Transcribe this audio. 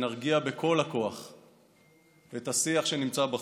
נרגיע בכל הכוח את השיח שנמצא בחוץ.